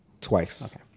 twice